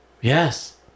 yes